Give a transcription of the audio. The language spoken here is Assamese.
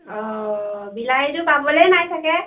অঁ বিলাহীটো পাবলৈ নাই চাগে